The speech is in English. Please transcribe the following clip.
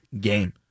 game